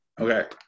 Okay